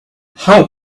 how